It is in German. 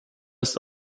ist